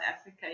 Africa